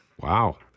Wow